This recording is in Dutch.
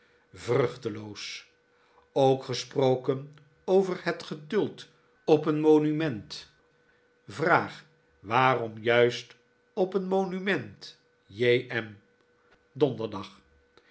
ook gesproken over het geduld op een monument vr waarom juist op een monument j m donderdag